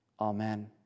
Amen